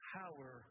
power